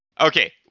Okay